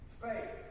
Faith